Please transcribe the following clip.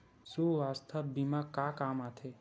सुवास्थ बीमा का काम आ थे?